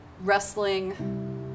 wrestling